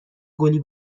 گلی